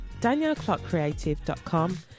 danielleclarkcreative.com